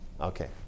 Okay